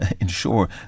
ensure